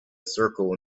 circle